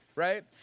right